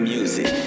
Music